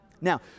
Now